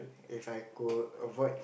If I could avoid